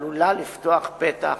עלולה לפתוח פתח